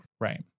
Right